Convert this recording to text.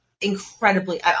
incredibly